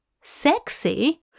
Sexy